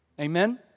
Amen